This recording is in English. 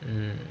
mm